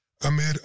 Amid